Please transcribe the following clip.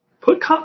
Put